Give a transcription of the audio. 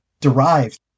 derived